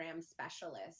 specialist